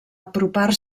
apropar